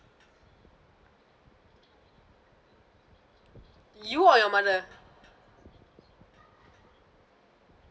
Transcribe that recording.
you or your mother